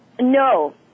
No